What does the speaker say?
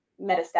metastatic